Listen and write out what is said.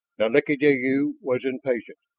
nalik'ideyu was impatient.